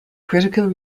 critical